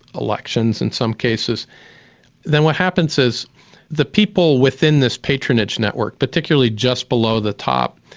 elections in some cases then what happens is the people within this patronage network, particularly just below the top,